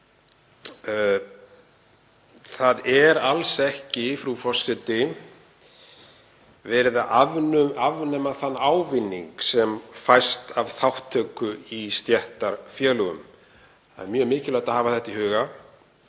Það er alls ekki, frú forseti, verið að afnema þann ávinning sem fæst af þátttöku í stéttarfélögum. Það er mjög mikilvægt að hafa þetta í huga.